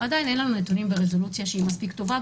עדיין אין לנו נתונים ברזולוציה מספיק טובה.